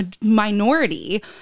minority